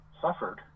suffered